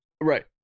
right